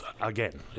again